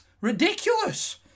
Ridiculous